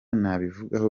nabivugaho